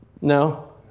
No